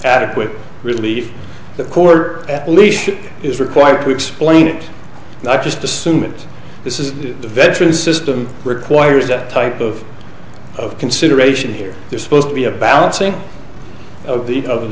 adequate relief the court at least is required to explain it i just assume that this is a veteran system requires that type of of consideration here they're supposed to be a balancing of the